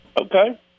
Okay